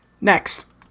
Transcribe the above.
Next